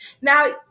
Now